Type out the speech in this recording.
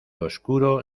oscuro